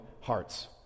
hearts